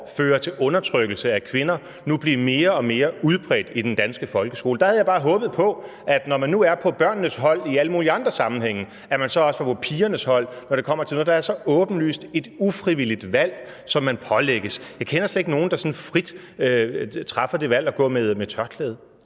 fører til undertrykkelse af kvinder, nu blive mere og mere udbredt i den danske folkeskole. Der havde jeg bare håbet på, at når man nu er på børnenes hold i alle mulige andre sammenhænge, ville man også være på pigernes hold, når det kommer til noget, der så åbenlyst er et ufrivilligt valg, som de pålægges. Jeg kender slet ikke nogen, der frit træffer det valg at gå med tørklæde.